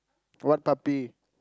what puppy